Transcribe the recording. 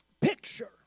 picture